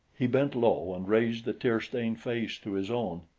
he bent low and raised the tear-stained face to his own.